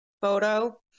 photo